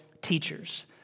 teachers